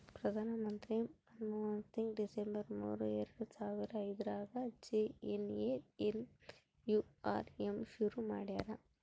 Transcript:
ಪ್ರಧಾನ ಮಂತ್ರಿ ಮನ್ಮೋಹನ್ ಸಿಂಗ್ ಡಿಸೆಂಬರ್ ಮೂರು ಎರಡು ಸಾವರ ಐದ್ರಗಾ ಜೆ.ಎನ್.ಎನ್.ಯು.ಆರ್.ಎಮ್ ಶುರು ಮಾಡ್ಯರ